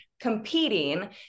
competing